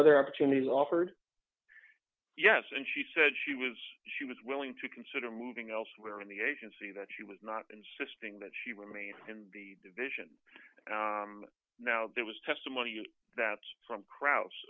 other opportunities offered yes and she said she was she was willing to consider moving elsewhere in the agency that she was not insisting that she remain in the division now there was testimony that from cro